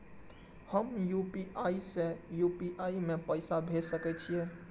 हम यू.पी.आई से यू.पी.आई में पैसा भेज सके छिये?